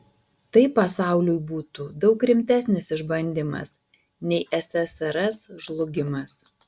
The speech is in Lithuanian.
tai pasauliui būtų daug rimtesnis išbandymas nei ssrs žlugimas